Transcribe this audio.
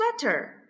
sweater